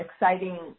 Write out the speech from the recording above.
exciting